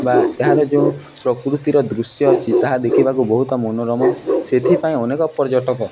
ବା ଏହାର ଯେଉଁ ପ୍ରକୃତିର ଦୃଶ୍ୟ ଅଛି ତାହା ଦେଖିବାକୁ ବହୁତ ମନୋରମ ସେଥିପାଇଁ ଅନେକ ପର୍ଯ୍ୟଟକ